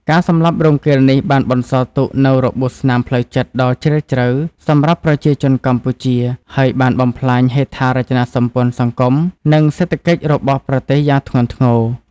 ការសម្លាប់រង្គាលនេះបានបន្សល់ទុកនូវរបួសស្នាមផ្លូវចិត្តដ៏ជ្រាលជ្រៅសម្រាប់ប្រជាជនកម្ពុជា ហើយបានបំផ្លាញហេដ្ឋារចនាសម្ព័ន្ធសង្គម និងសេដ្ឋកិច្ចរបស់ប្រទេសយ៉ាងធ្ងន់ធ្ងរ។